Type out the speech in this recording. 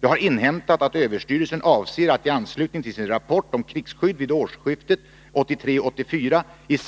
Jag har inhämtat att överstyrelsen avser att i anslutning till sin rapport om krigsskydd vid årsskiftet 1983-1984 i